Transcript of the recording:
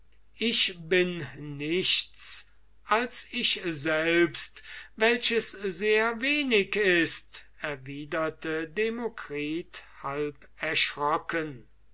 ich bin nichts als ich selbst welches sehr wenig ist erwiderte demokritus halb erschrocken